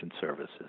services